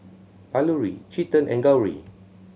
Alluri Chetan and Gauri